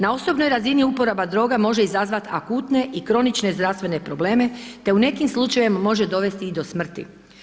Na osobnoj razini uporaba droga može izazvati akutne i kronične zdravstvene probleme te u nekim slučajevima može dovesti i do smrti.